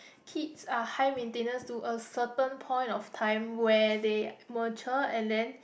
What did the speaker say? kids are high maintenance to a certain point of time where they mature and then